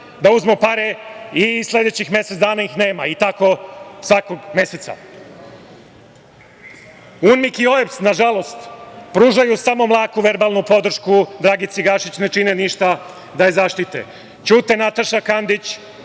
da uzmu pare i sledećih mesec dana ih nema i tako svakog meseca. Unmik i OEBS nažalost pružaju samo mlaku verbalnu podršku Dragici Gašić. Ne čine ništa da je zaštite. Ćute Nataša Kandić,